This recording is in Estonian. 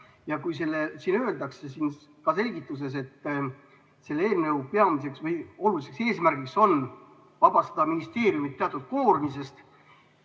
Ja kui siin öeldakse ka selgituses, et selle eelnõu peamine või oluline eesmärk on vabastada ministeeriumid teatud koormisest,